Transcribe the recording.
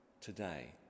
today